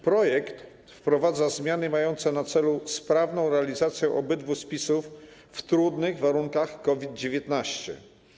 Projekt wprowadza zmiany mające na celu sprawną realizację obydwu spisów w trudnych warunkach COVID-19.